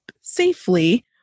safely